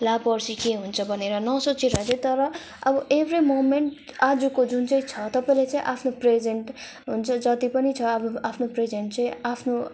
ला पर्सी के हुन्छ भनेर नसोचेर तर अब एभ्री मोमेन्ट आजको जुन चाहिँ छ तपाईँले चाहिँ आफ्नो प्रेजेन्ट हुन्छ जति पनि छ अब आफ्नो प्रेजेन्ट चाहिँ आफ्नो